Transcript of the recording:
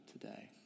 today